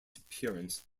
appearance